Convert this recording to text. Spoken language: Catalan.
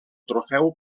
trofeu